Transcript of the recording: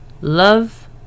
love